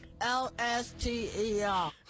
L-S-T-E-R